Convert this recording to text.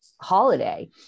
holiday